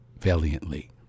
valiantly